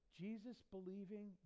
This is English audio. Jesus-believing